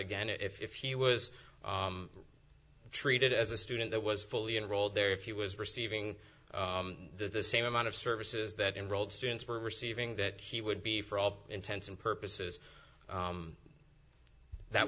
again if he was treated as a student that was fully enrolled there if he was receiving the same amount of services that enrolled students were receiving that he would be for all intents and purposes that